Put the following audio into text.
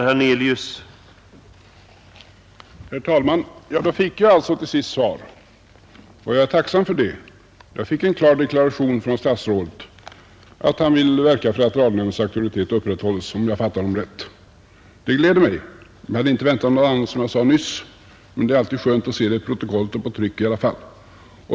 Herr talman! Då fick jag alltså till sist svar, och jag är tacksam för det. Jag fick en klar deklaration från statsrådet att han vill verka för att radionämndens auktoritet upprätthålles, om jag fattade honom rätt. Beskedet gläder mig. Jag hade inte väntat mig något annat, som jag sade nyss, men det är skönt att se det i protokollet och på tryck i alla fall.